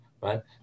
right